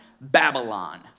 Babylon